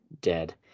dead